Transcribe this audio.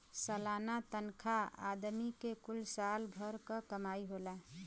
सलाना तनखा आदमी के कुल साल भर क कमाई होला